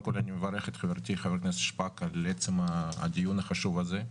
קודם כל אני מברך את חברתי ח"כ שפק על עצם הדיון החשוב הזה.